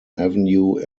avenue